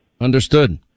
Understood